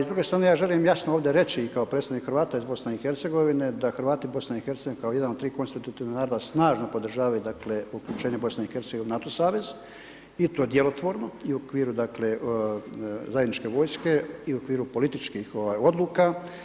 S druge strane ja želim jasno ovdje reći i kao predstavnik Hrvata iz BiH da Hrvati u BiH kao jedan od tri konstitutivna naroda snažno podržavaju uključenje BiH u NATO savez i to djelotvorno i u okviru dakle zajedničke vojske i u okviru političkih odluke.